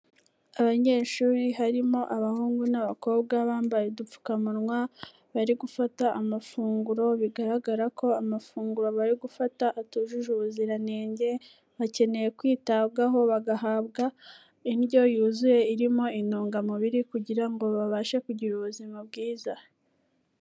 Abanyeshuri harimo, abahungu n'abakobwa bambaye udupfukamunwa, bari gufata amafunguro, bigaragara ko amafunguro bari gufata atujuje ubuziranenge, bakeneye kwitabwaho bagahabwa indyo yuzuye irimo intungamubiri, kugira ngo babashe kugira ubuzima bwiza.